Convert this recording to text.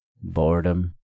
Boredom